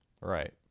Right